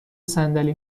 صندلی